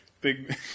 Big